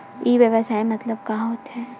ई व्यवसाय मतलब का होथे?